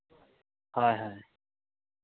ᱦᱳᱭ ᱦᱳᱭ